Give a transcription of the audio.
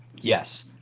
Yes